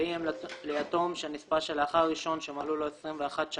והיא אם ליתום של נספה שמלאו לו 21 שנים